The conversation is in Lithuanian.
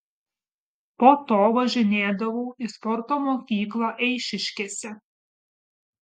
po to važinėdavau į sporto mokyklą eišiškėse